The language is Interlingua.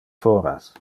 foras